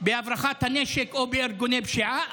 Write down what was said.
בהברחת הנשק או בארגוני פשיעה,